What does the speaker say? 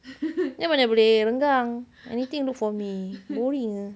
dia mana boleh renggang anything look for me boring